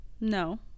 No